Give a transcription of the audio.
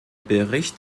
bericht